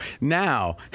Now